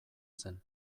zen